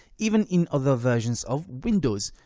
even in other versions of windows.